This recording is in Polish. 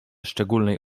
szczególnej